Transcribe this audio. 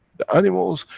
the animals,